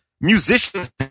musicians